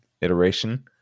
iteration